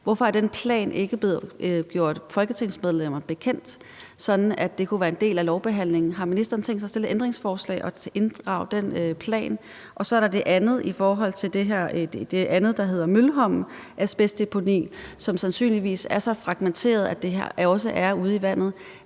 refereret til, ikke blevet gjort folketingsmedlemmer bekendt, sådan at det kunne være en del af lovbehandlingen? Har ministeren tænkt sig at stille et ændringsforslag og inddrage den plan? Og så er der det andet i forhold til det her. Det er det, der hedder Mølholm Asbestdeponi, og som sandsynligvis er så fragmenteret, at det også er ude i vandet.